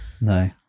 No